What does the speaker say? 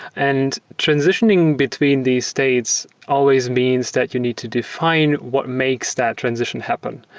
and transitioning between the states always means that you need to define what makes that transition happen.